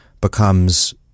becomes